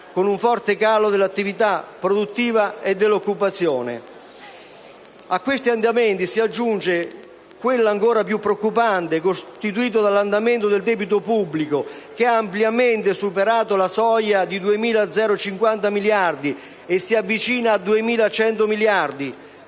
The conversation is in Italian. con un forte calo dell'attività produttiva e dell'occupazione. A questi andamenti si aggiunge quello ancora più preoccupante costituito dall'andamento del debito pubblico, che ha ampiamente superato la soglia di 2.050 miliardi di euro e si avvicina ai 2.100 miliardi